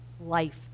life